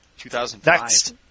2005